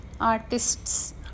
artists